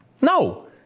No